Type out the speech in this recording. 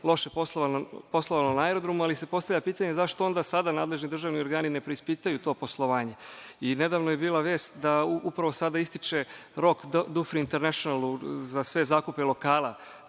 loše poslovalo na Aerodromu, ali se postavlja pitanje – zašto onda sada nadležni državni organi ne preispitaju to poslovanje. Nedavno je bila vest da upravo sada ističe rok „Dufri internacionalu“ za sve zakupe lokala.